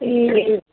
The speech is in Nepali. ए